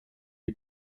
die